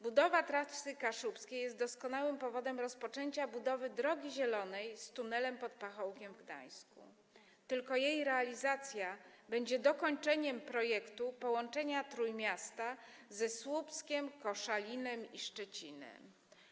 Budowa Trasy Kaszubskiej jest doskonałym powodem rozpoczęcia budowy Drogi Zielonej z tunelem pod Pachołkiem w Gdańsku, gdyż jej realizacja będzie dokończeniem projektu połączenia Trójmiasta ze Słupskiem, Koszalinem i Szczecinem.